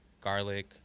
garlic